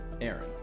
Aaron